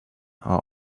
are